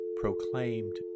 proclaimed